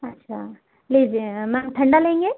अच्छा लीजिए मैम ठंडा लेंगे